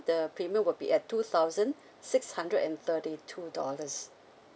the premium will be at two thousand six hundred and thirty two dollars